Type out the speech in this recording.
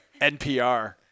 npr